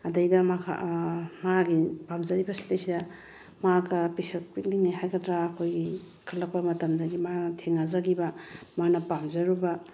ꯑꯗꯩꯗ ꯃꯥꯒꯤ ꯄꯥꯝꯖꯔꯤꯕꯩꯁꯤꯗꯩꯁꯤꯗ ꯃꯥꯒ ꯄꯤꯛꯁꯛ ꯄꯤꯛꯂꯤꯉꯩ ꯍꯥꯏꯒꯗ꯭ꯔꯥ ꯑꯩꯈꯣꯏꯒꯤ ꯏꯟꯈꯠꯂꯛꯄ ꯃꯇꯝꯗꯒꯤ ꯃꯥ ꯊꯦꯡꯅꯖꯈꯤꯕ ꯃꯥꯅ ꯄꯥꯝꯖꯔꯨꯕ